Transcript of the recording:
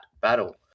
battle